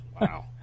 Wow